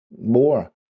more